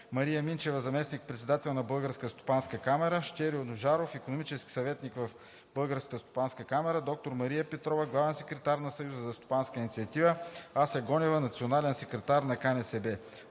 Мария Минчева, заместник-председател на Българска стопанска камара; Щерьо Ножаров, икономически съветник в Българска стопанска камара; доктор Мария Петрова, главен секретар на Съюза за стопанска инициатива; Асия Гонева, национален секретар на КНСБ.